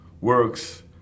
works